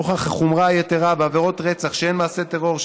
נוכח החומרה היתרה בעבירות רצח שהן מעשה טרור,